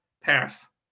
pass